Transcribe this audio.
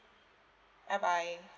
bye bye